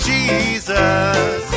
Jesus